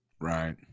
Right